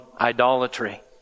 idolatry